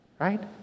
right